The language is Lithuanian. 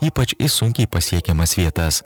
ypač į sunkiai pasiekiamas vietas